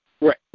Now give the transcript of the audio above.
right